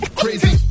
crazy